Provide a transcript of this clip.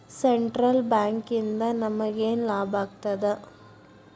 Central ಬ್ಯಾಂಕಿಂದ ನಮಗೇನ್ ಲಾಭಾಗ್ತದ?